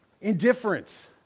Indifference